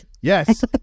yes